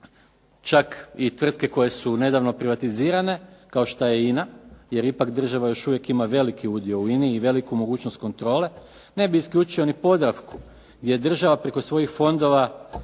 čak i tvrtke koje su nedavno privatizirane kao što je i INA, jer ipak država još uvijek ima veliki udio u INA-i i veliku mogućnost kontrole. Ne bih isključio ni Podravku gdje država preko svojih fondova